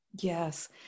Yes